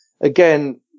Again